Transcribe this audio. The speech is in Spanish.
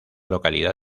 localidad